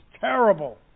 terrible